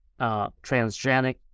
transgenic